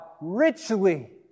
richly